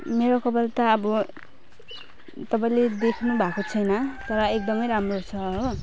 मेरो कपाल त अब तपाईँले देख्नु भएको छैन तर एकदम राम्रो छ हो